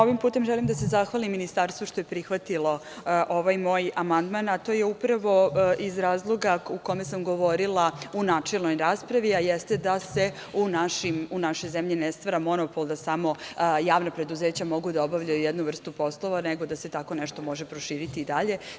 Ovim putem želim da se zahvalim ministarstvu što je prihvatilo ovaj moj amandman, a to je upravo iz razloga o kojem sam govorila u načelnoj raspravi, jeste da se u našoj zemlji ne stvara monopol da samo javna preduzeća mogu da obavljaju jednu vrstu poslova nego da se tako nešto može proširiti i dalje.